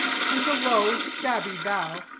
with a low, shabby bow,